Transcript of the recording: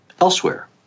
elsewhere